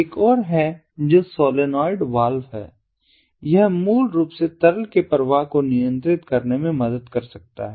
एक और है जो सोलेनॉयड वाल्व है और यह मूल रूप से तरल के प्रवाह को नियंत्रित करने में मदद कर सकता है